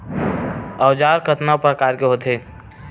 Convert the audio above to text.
औजार कतना प्रकार के होथे?